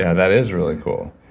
yeah that is really cool,